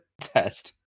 test